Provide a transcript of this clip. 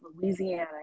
Louisiana